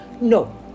No